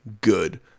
good